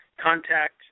Contact